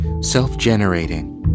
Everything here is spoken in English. self-generating